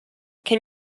can